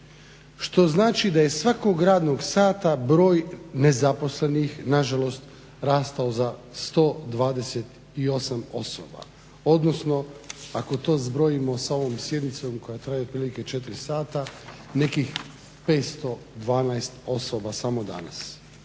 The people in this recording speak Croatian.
što znači da je svakog radnog sata broj nezaposlenih nažalost rastao za 128 osoba odnosno ako to zbrojimo sa ovom sjednicom koja traje otprilike 4 sata nekih 512 osoba samo danas